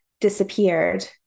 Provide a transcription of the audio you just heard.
disappeared